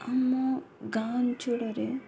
ଆମ ଗାଁ ଅଞ୍ଚଳରେ